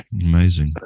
Amazing